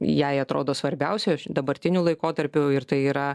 jai atrodo svarbiausia dabartiniu laikotarpiu ir tai yra